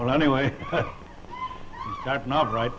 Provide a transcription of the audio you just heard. well anyway that's not right